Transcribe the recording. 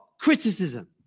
criticism